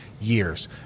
years